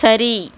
சரி